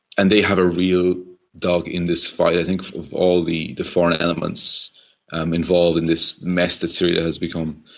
and they have a real dog in this fight. i think of all the the foreign elements um involved in this mess that syria has become,